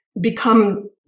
become